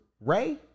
Ray